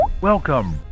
Welcome